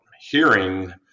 Hearing